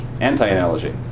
anti-analogy